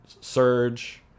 Surge